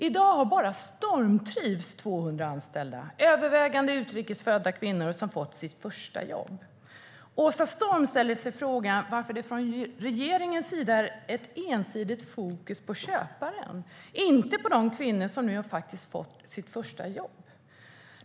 I dag har bara Stormtrivs 200 anställda, övervägande utrikes födda kvinnor som fått sitt första jobb. Åsa Storm ställer frågan varför regeringen har ett ensidigt fokus på köparen, inte på de kvinnor som har fått sitt första jobb.